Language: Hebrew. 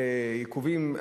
בגלל עיכובים,